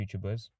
YouTubers